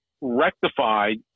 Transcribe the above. rectified